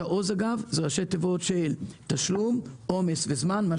תעו"ז זה ראשי תיבות של תעריף, עומס וזמן.